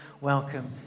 welcome